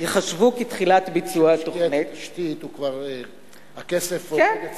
ייחשבו כתחילת ביצוע התוכנית." הכסף עובד אצלו,